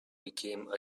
became